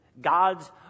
God's